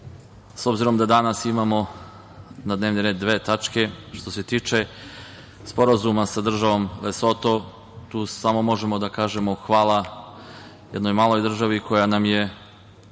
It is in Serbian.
s obzirom da danas imamo na dnevnom redu dve tačke, što se tiče Sporazuma sa državom Lesotom, tu samo možemo da kažemo – hvala jednoj maloj državi koja nam je